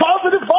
positive